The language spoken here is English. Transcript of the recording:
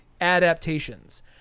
adaptations